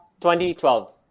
2012